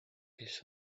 his